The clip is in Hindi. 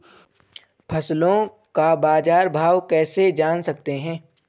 फसलों का बाज़ार भाव कैसे जान सकते हैं?